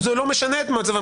זה לא משנה את מצבם,